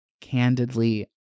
candidly